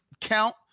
count